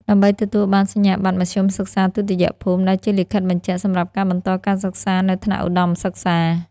ដើម្បីទទួលបាន សញ្ញាបត្រមធ្យមសិក្សាទុតិយភូមិ ដែលជាលិខិតបញ្ជាក់សម្រាប់ការបន្តការសិក្សានៅថ្នាក់ឧត្តមសិក្សា។